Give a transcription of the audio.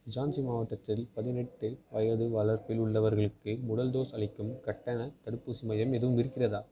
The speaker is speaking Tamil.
ஜான்சி மாவட்டத்தில் பதினெட்டு வயது வளர்ப்பில் உள்ளவர்களுக்கு முதல் டோஸ் அளிக்கும் கட்டணத் தடுப்பூசி மையம் எதுவும் இருக்கிறதா